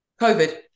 covid